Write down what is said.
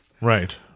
Right